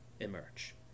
emerge